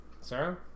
Sarah